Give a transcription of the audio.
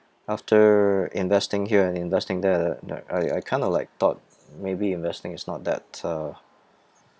after investing here and investing there that that I I kinda like thought maybe investing is not that uh